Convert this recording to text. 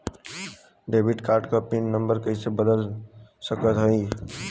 Debit card क pin number कइसे बदल सकत हई?